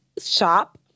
Shop